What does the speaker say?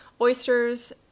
oysters